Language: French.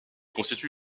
constitue